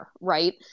right